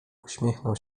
uśmiechnął